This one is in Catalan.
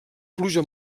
pluja